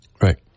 Right